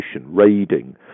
raiding